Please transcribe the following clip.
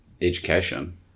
education